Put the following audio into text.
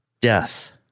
death